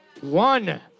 One